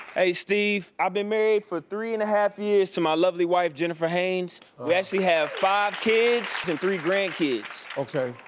steve, i been married for three and a half years to my lovely wife jennifer hanes. we actually have five kids and three grandkids. okay.